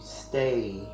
stay